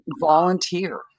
volunteer